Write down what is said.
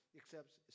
accepts